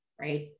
right